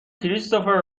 کریستوفر